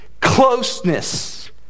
closeness